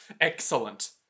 Excellent